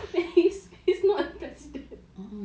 when he's he's not president